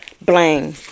Blame